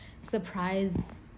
surprise